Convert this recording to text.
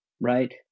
right